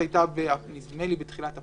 נדמה לי שבתחילת אפריל.